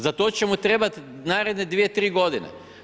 Za to će mu trebati naredne 2, 3 godine.